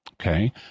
Okay